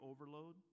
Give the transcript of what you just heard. overload